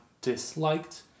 disliked